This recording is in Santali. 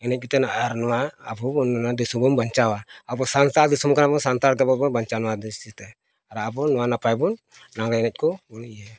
ᱮᱱᱮᱡ ᱠᱟᱛᱮᱫ ᱟᱨ ᱱᱚᱣᱟ ᱟᱵᱚ ᱱᱚᱣᱟ ᱫᱤᱥᱚᱢ ᱵᱚᱱ ᱵᱟᱧᱪᱟᱣᱟ ᱟᱵᱚ ᱥᱟᱱᱛᱟᱲ ᱫᱤᱥᱚᱢ ᱠᱟᱱᱟ ᱵᱚᱱ ᱥᱟᱱᱛᱟᱲ ᱛᱮᱜᱮ ᱵᱚᱱ ᱵᱟᱧᱪᱟᱣᱟ ᱱᱚᱣᱟ ᱫᱤᱥᱚᱢ ᱛᱮ ᱟᱨ ᱟᱵᱚ ᱱᱟᱭᱼᱱᱟᱯᱟᱭ ᱵᱚᱱ ᱞᱟᱜᱽᱬᱮ ᱮᱱᱮᱡ ᱵᱚᱱ ᱤᱭᱟᱹᱭᱟ